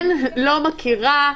אני לא מכירה,